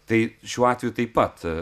tai šiuo atveju taip pat